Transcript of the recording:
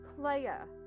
player